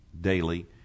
daily